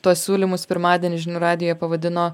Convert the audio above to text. tuos siūlymus pirmadienį žinių radijuje pavadino